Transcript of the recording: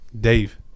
Dave